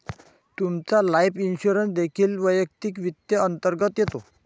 तुमचा life insurance देखील वैयक्तिक वित्त अंतर्गत येतो